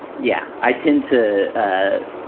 yeah, i tend to ah